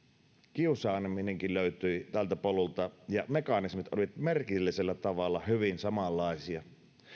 kiusaaminenkin löytyi tältä polulta ja mekanismit olivat merkillisellä tavalla hyvin samanlaisia